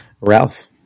Ralph